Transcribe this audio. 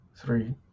Three